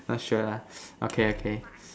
not sure lah okay okay